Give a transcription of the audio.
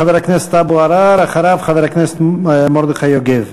חבר הכנסת אבו עראר, אחריו, חבר הכנסת מרדכי יוגב.